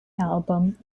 album